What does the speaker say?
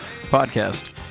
podcast